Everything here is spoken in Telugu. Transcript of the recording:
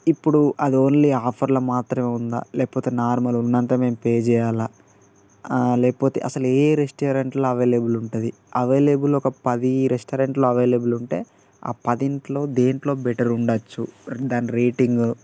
ఇప్పుడు అది ఓన్లీ ఆఫర్లో మాత్రమే ఉందా లేకపోతే నార్మల్ ఉన్నంత మేము పే చెయ్యాలా లేకపోతే అసలు ఏ రెస్టారెంట్లో అవైలబుల్ ఉంటుంది అవైలబుల్ ఒక పది రెస్టారెంట్లలో అవైలబుల్ ఉంటే ఆ పదింట్లో దేంట్లో బెటర్ ఉండచ్చు దాని రేటింగ్